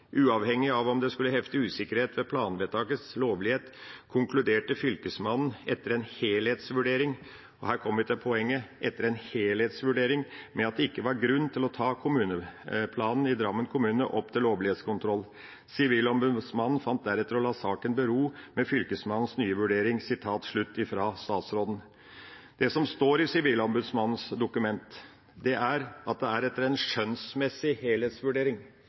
Uavhengig av om det skulle hefte usikkerhet ved planvedtakets lovlighet, konkluderte fylkesmannen etter en helhetsvurdering» og her kommer vi til poenget: «med at det ikke var grunn til å ta kommuneplanen i Drammen kommune opp til lovlighetskontroll. Sivilombudsmannen fant deretter å la saken bero med fylkesmannens nye vurdering.» Det som står i Sivilombudsmannens dokument, er at det var etter en skjønnsmessig helhetsvurdering